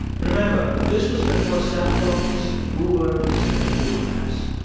remember this was before cellphones, ubers and google maps.